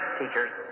teachers